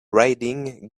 riding